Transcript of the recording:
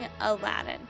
Aladdin